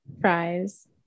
fries